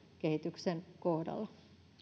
kehityksen kohdalla